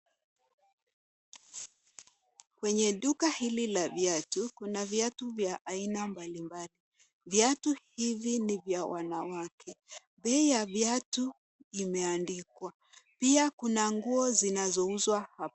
Kwenye duka hili la viatu kuna viatu vya aina mbalimbali. Viatu hivi ni vya wanawake. Bei ya viatu imeandikwa pia kuna nguo zinazouzwa hapo.